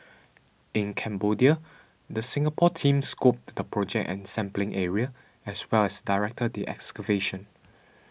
in Cambodia the Singapore team scoped the project and sampling area as well as directed the excavation